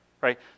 right